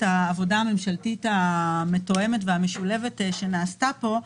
העבודה הממשלתית המתואמת והמשולבת שנעשתה פה.